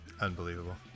unbelievable